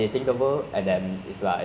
how do you